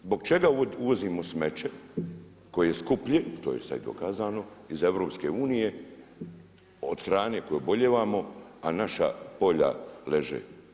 Zbog čega uvozimo smeće koje je skuplje, to je sada i dokazano iz EU od hrane od koje obolijevamo a naša polja leže?